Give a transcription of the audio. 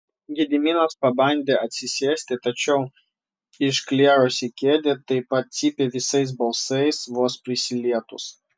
gediminas pabandė atsisėsti tačiau išklerusi kėdė taip pat cypė visais balsais vos prisilietus